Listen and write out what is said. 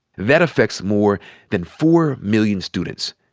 that affects more than four million students.